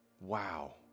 wow